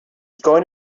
going